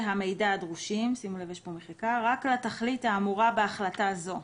המידע הדרושים רק לתכלית האמורה בהחלטה זו.